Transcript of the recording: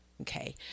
Okay